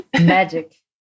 Magic